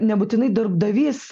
nebūtinai darbdavys